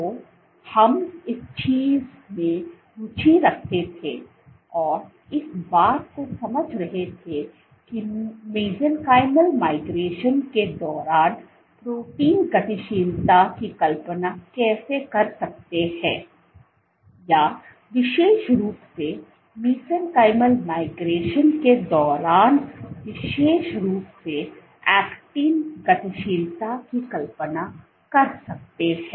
तो हम जिस चीज में रुचि रखते थे और इस बात को समझ रहे थे कि मेसेंचिमल माइग्रेशन के दौरान प्रोटीन गतिशीलता की कल्पना कैसे कर सकते हैं या विशेष रूप से मेसेंचिमल माइग्रेशन के दौरान विशेष रूप से ऐक्टिन गतिशीलता की कल्पना कर सकते हैं